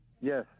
Yes